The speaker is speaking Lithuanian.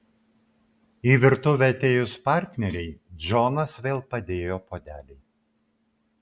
į virtuvę atėjus partnerei džonas vėl padėjo puodelį